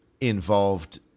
involved